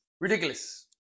ridiculous